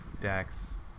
Dax